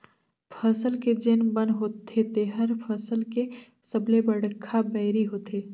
फसल के जेन बन होथे तेहर फसल के सबले बड़खा बैरी होथे